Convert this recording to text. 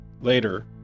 Later